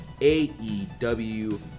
AEW